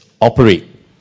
operate